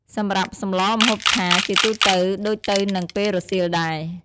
សម្រាប់ សម្លរ ម្ហូបឆា ជាទូទៅដូចទៅនឹងពេលរសៀលដែរ។